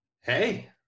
Hey